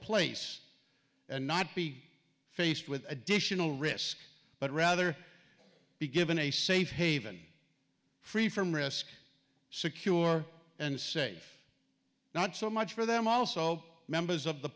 place and not be faced with additional risk but rather be given a safe haven free from risk secure and safe not so much for them also members of the